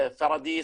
פורידיס,